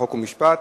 חוק ומשפט,